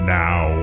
now